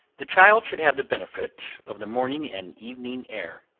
the child should have the benefit of the morning and evening air.